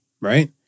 Right